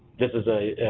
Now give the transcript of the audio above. this is a